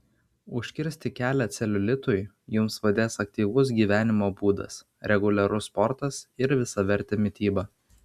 užkirsti kelią celiulitui jums padės aktyvus gyvenimo būdas reguliarus sportas ir visavertė mityba